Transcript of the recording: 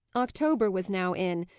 october was now in,